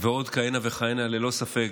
ועוד כהנה וכהנה, ללא ספק